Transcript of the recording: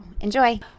Enjoy